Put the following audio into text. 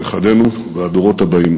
נכדינו והדורות הבאים.